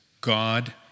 God